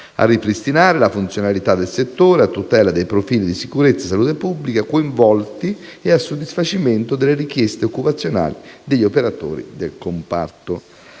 a ripristinare la funzionalità del settore a tutela dei profili di sicurezza e salute pubblica coinvolti e a soddisfacimento delle richieste occupazionali degli operatori del comparto.